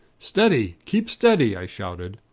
steady! keep steady i shouted,